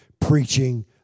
preaching